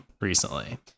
recently